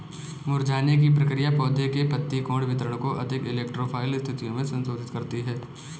मुरझाने की प्रक्रिया पौधे के पत्ती कोण वितरण को अधिक इलेक्ट्रो फाइल स्थितियो में संशोधित करती है